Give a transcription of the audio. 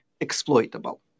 exploitable